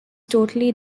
totally